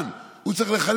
הוא צריך להיות המסבירן,